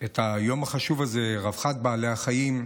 את היום החשוב הזה, רווחת בעלי החיים.